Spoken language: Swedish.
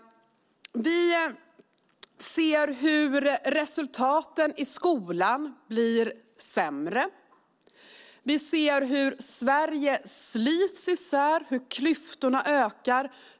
Vi ser hur resultaten i skolan blir sämre. Vi ser hur Sverige slits isär och hur klyftorna ökar.